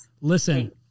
listen